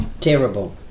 terrible